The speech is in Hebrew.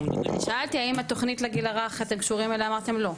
שאלתי האם התוכנית לגיל הרך אתם קשורים אליה אמרתם לא.